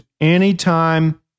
Anytime